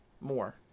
more